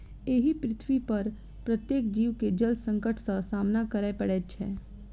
एहि पृथ्वीपर प्रत्येक जीव के जल संकट सॅ सामना करय पड़ैत छै